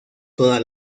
toda